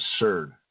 absurd